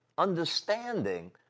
understanding